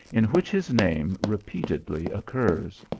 in which his name repeatedly occurs.